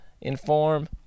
inform